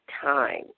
time